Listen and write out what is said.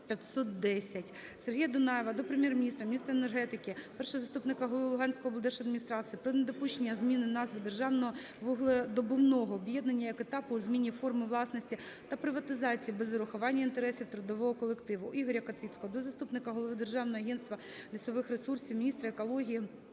Сергія Дунаєва до Прем'єр-міністра, міністра енергетики, першого заступника голови Луганської облдержадміністрації про недопущення зміни назви державного вугледобувного об'єднання як етапу у зміні форми власності та приватизації без урахування інтересів трудового колективу. Ігоря Котвіцького до заступника голови Державного агентства лісових ресурсів, міністра екології